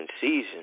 season